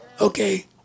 Okay